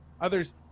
others